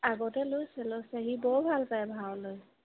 আগতে লৈছে লৈছে সি বৰ ভাল পায় ভাও লৈ